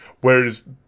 Whereas